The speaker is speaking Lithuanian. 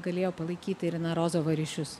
galėjo palaikyti irina rozova ryšius